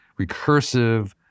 recursive